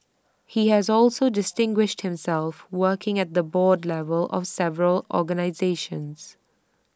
he has also distinguished himself working at the board level of several organisations